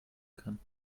kann